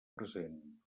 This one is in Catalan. present